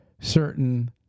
certain